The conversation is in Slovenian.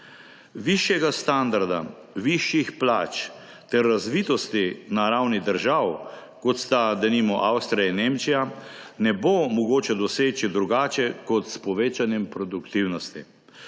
Višjega standarda, višjih plač ter razvitosti na ravni držav, kot sta denimo Avstrija in Nemčija, ne bo mogoče doseči drugače kot s povečanjem produktivnosti.